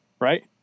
Right